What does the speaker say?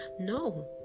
no